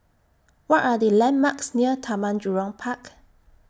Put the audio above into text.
What Are The landmarks near Taman Jurong Park